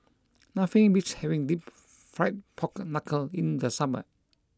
nothing beats having Deep Fried Pork Knuckle in the summer